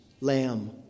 lamb